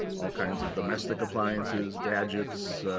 all kinds of domestic appliances, gadgets.